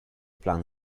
plan